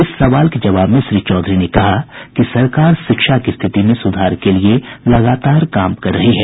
इस सवाल के जवाब में श्री चौधरी ने कहा कि सरकार शिक्षा की स्थिति में सुधार के लिए लगातार काम कर रही है